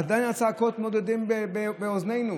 עדיין הצעקות מהדהדות באוזנינו,